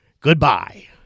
Goodbye